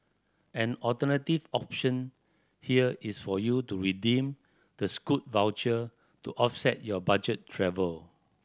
an alternative option here is for you to redeem the Scoot voucher to offset your budget travel